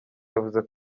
yavuze